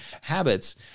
habits